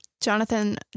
Jonathan